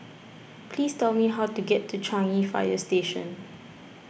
please tell me how to get to Changi Fire Station